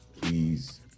Please